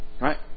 Right